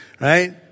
Right